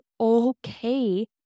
okay